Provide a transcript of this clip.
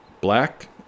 black